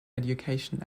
education